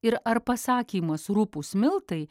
ir ar pasakymas rupūs miltai